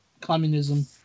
communism